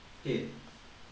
okay